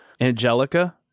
angelica